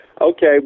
Okay